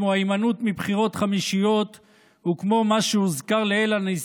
כמו ההימנעות מבחירות חמישיות וכמו מה שהוזכר לעיל,